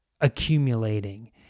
accumulating